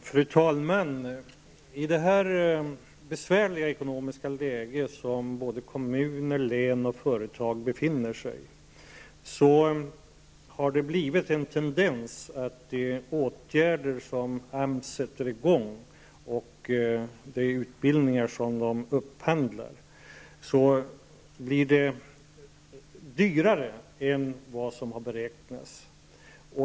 Fru talman! I det besvärliga ekonomiska läge som kommuner, län och företag befinner sig i, har det blivit en tendens att åtgärder som AMS sätter in och utbildningar som upphandlas blir dyrare än beräknat.